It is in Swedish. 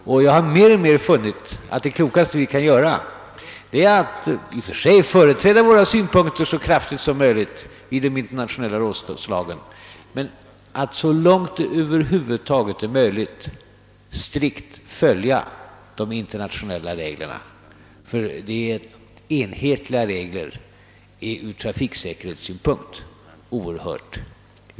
Och jag har mer och mer funnit att det klokaste vi kan göra är att företräda våra synpunkter så kraftigt som möjligt vid de internationelia rådslagen men att också så långt vi någonsin kan strikt följa de internationella reglerna. Ty enhetliga regler är oerhört viktiga ur trafiksäkerhetssynpunkt.